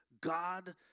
God